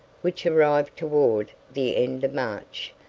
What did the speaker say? which arrived toward the end of march,